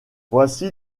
voici